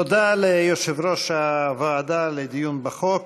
תודה ליושב-ראש הוועדה לדיון בחוק,